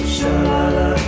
Shalala